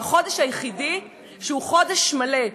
החודש היחידי שהוא חודש מלא.